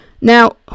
Now